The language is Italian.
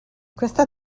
questa